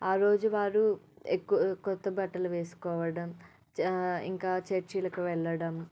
ఆరోజు వారు ఎక్కు కొత్త బట్టలు వేసుకోవడం చా ఇంకా చర్చిలకు వెళ్ళడం